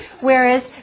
Whereas